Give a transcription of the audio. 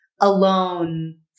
alone